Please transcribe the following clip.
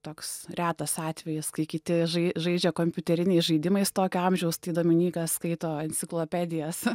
toks retas atvejis kai kiti žai žaidžia kompiuteriniais žaidimais tokio amžiaus tai dominykas skaito enciklopedijas